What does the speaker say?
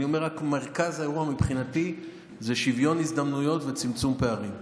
אני אומר רק שמרכז האירוע מבחינתי הוא שוויון הזדמנויות וצמצום פערים,